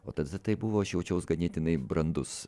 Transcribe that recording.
o tada tai buvo aš jaučiaus ganėtinai brandus